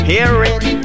Hearing